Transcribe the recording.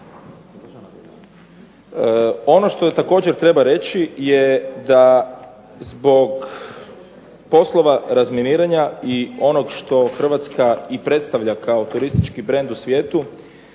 Ono što također treba reći je da zbog poslova razminiranja i onog što i Hrvatska i predstavlja kao turistički brend u svijetu